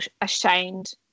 ashamed